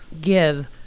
give